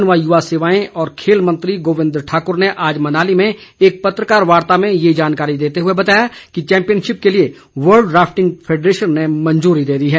one व युवा सेवाएं और खेल मंत्री गोविंद ठाकुर ने आज मनाली में एक पत्रकार वार्ता में ये जानकारी देते हुए बताया कि चैम्पियनशिप के लिए वर्ल्ड राफिटंग फैडरेशन ने मंजूरी दे दी है